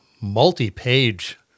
multi-page